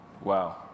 Wow